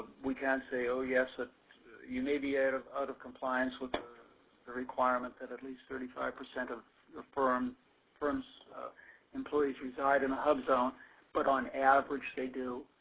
we cant say, oh, yes, ah you may be out of out of compliance with the requirement that at least thirty five percent of firms firms employees reside in a hubzone but on average, they do,